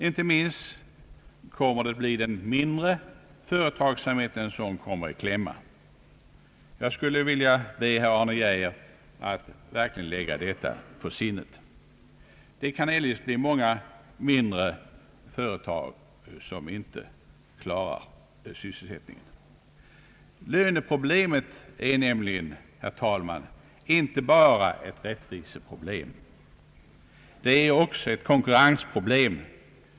Inte minst blir det den mindre företagsamheten som kommer i kläm. Jag skulle vilja be herr Arne Geijer att verkligen lägga detta på minnet. Det kan eljest bli många mindre företag som inte klarar sysselsättningen. Löneproblemet är nämligen, herr talman, inte bara ett rättviseproblem utan också ett konkurrensproblem.